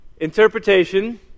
interpretation